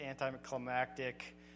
anticlimactic